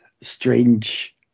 strange